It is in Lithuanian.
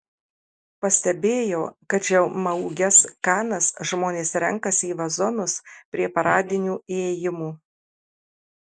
pastebėjau kad žemaūges kanas žmonės renkasi į vazonus prie paradinių įėjimų